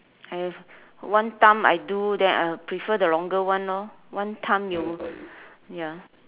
I have one time I do then I prefer the longer one lor one time you ya